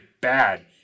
bad